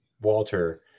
Walter